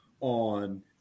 on